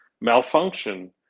malfunction